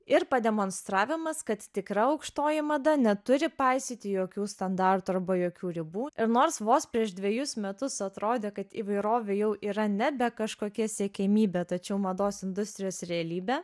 ir pademonstravimas kad tikra aukštoji mada neturi paisyti jokių standartų arba jokių ribų ir nors vos prieš dvejus metus atrodė kad įvairovė jau yra nebe kažkokia siekiamybė tačiau mados industrijos realybė